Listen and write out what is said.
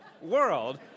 world